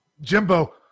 Jimbo